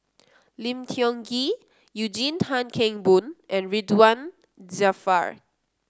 Lim Tiong Ghee Eugene Tan Kheng Boon and Ridzwan Dzafir